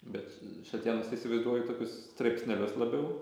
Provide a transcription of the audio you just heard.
bet šatėnus tai įsivaizduoju tokius straipsnelius labiau